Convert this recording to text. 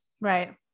Right